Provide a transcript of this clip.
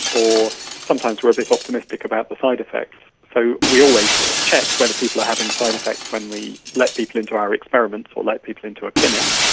or sometimes we are a bit optimistic about the side-effects. so we always check whether people are having side-effects when we let people into our experiments or let people into a clinic.